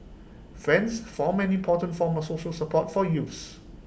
friends form an important form of social support for youths